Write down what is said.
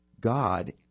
god